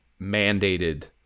mandated